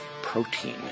Protein